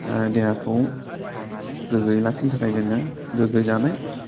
देहाखौ गोग्गोयै लाखिनो थाखाय जोङो गोग्गो जानाय